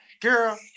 girl